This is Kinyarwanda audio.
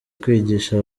kwigisha